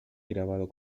grabado